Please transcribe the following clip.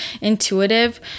intuitive